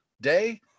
day